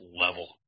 level